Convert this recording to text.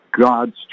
God's